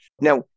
Now